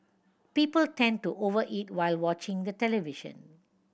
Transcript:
people tend to over eat while watching the television